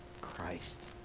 Christ